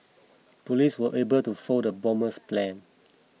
police were able to foil the bomber's plan